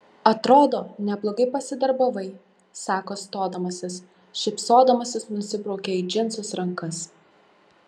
atrodo neblogai pasidarbavai sako stodamasis šypsodamasis nusibraukia į džinsus rankas